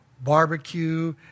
Barbecue